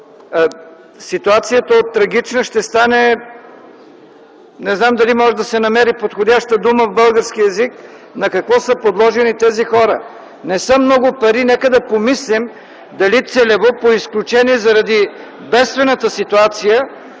ситуацията от трагична ще стане... Не знам дали може да се намери подходяща дума в българския език на какво са подложени тези хора. Не са много парите. Нека да помислим дали целево, по изключение заради бедствената ситуация